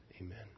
Amen